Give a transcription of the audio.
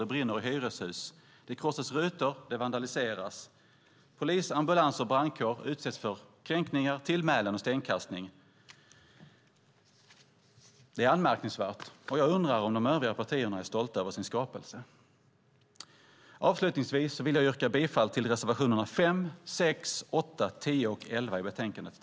Det brinner i hyreshus, det krossas rutor, det vandaliseras. Polis, ambulans och brandkår utsätts för kränkningar, tillmälen och stenkastning. Det är anmärkningsvärt, och jag undrar om de övriga partierna är stolta över sin skapelse. Avslutningsvis vill jag yrka bifall till reservationerna 5, 6, 8, 10 och 11 i betänkandet.